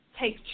take